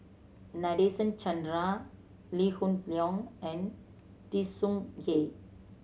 Nadasen Chandra Lee Hoon Leong and Tsung Yeh